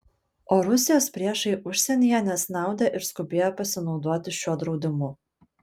o rusijos priešai užsienyje nesnaudė ir skubėjo pasinaudoti šiuo draudimu